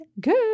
good